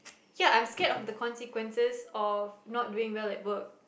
ya I'm scared of the consequences of not doing well at work